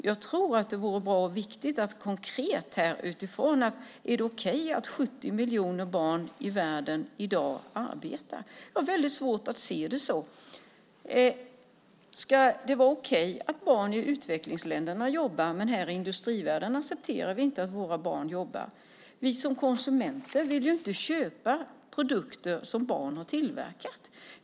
Jag tror att det vore bra att konkret svara på frågan om det är okej att 70 miljoner barn i världen arbetar i dag. Jag har svårt att se det så. Ska det vara okej att barn i utvecklingsländerna jobbar medan vi i industrivärlden inte accepterar att våra barn jobbar? Som konsumenter vill vi ju inte köpa produkter som tillverkats av barn.